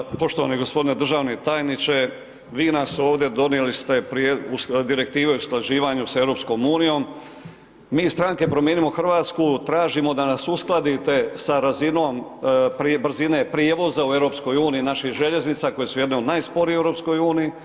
Hvala, poštovani gospodine državni tajniče vi nas ovdje, donijeli ste direktive o usklađivanju sa EU, mi iz Stranke Promijenimo Hrvatsku tražimo da nas uskladite sa razinom brzine prijevoza u EU naših željeznica koje su jedne od najsporijih u EU.